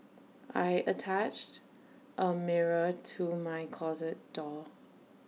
I attached A mirror to my closet door